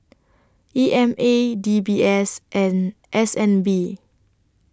E M A D B S and S N B